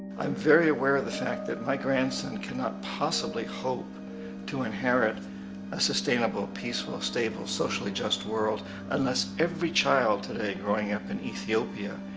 i'm very aware of the fact that my grandson cannot possibly hope to inherit a sustainable, peaceful, stable, socially just world unless every child today growing up in ethiopia,